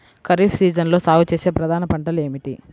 ఖరీఫ్ సీజన్లో సాగుచేసే ప్రధాన పంటలు ఏమిటీ?